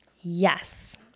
Yes